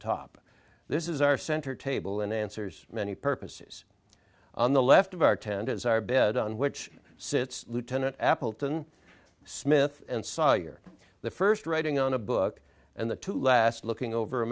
top this is our center table and answers many purposes on the left of our tent as our bed on which sits lieutenant appleton smith and sawyer the first writing on a book and the last looking over a